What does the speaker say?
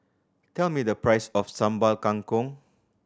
tell me the price of Sambal Kangkong